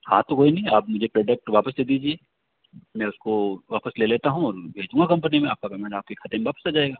हाँ तो कोई नहीं है आप मुझे प्रॉडक्ट वापस दे दीजिए मेरेको वापस ले लेता हूँ और भेज दूँगा कंपनी में आपका पेमेंट आपके खाते में वापस आ जाएगा